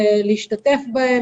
להשתתף בהן.